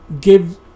Give